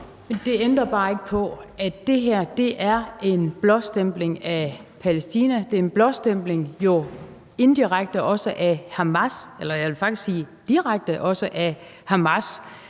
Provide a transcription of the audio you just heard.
Det ændrer bare ikke på, at det her er en blåstempling af Palæstina; det er en også indirekte en blåstempling af Hamas – eller jeg vil faktisk sige en direkte blåstempling af Hamas